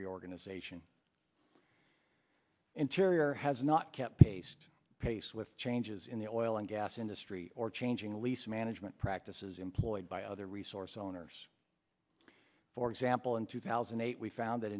reorganization interior has not kept pace pace with changes in the oil and gas industry or changing the lease management practices employed by other resource owners for example in two thousand and eight we found that